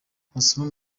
masomo